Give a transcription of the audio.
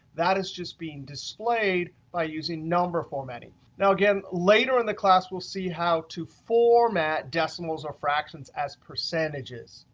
that is just being displayed by using number formatting. now again, later in the class, we'll see how to format decimals or fractions as percentages.